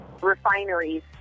refineries